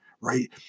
right